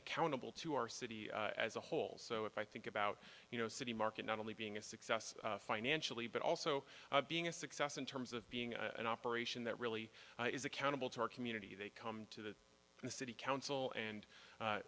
accountable to our city as a whole so if i think about you know city market not only being a success financially but also being a success in terms of being an operation that really is accountable to our community they come to the city council and